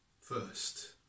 first